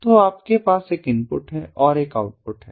तो आपके पास एक इनपुट है और एक आउटपुट है